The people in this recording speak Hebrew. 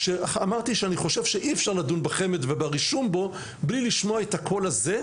שאני חושב שאי אפשר לדון בחמ"ד וברישום בו בלי לשמוע את הקול הזה,